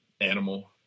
Animal